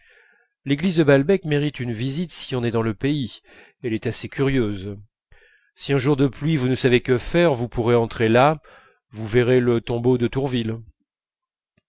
de balbec mérite une visite si on est dans le pays elle est assez curieuse si un jour de pluie vous ne savez que faire vous pourrez entrer là vous verrez le tombeau de tourville